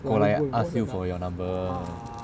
过来 ask you for your number